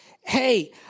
hey